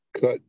cut